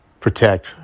protect